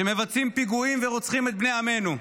שמבצעים פיגועים ורוצחים את בני עמנו.